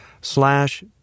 slash